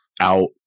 out